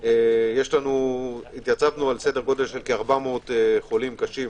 התייצבנו על כ-400 חולים קשים